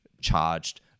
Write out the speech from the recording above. charged